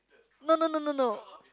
no no no no no